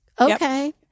Okay